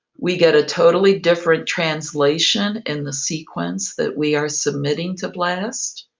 we get a totally different translation in the sequence that we are submitting to blast,